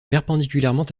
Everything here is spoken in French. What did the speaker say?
perpendiculairement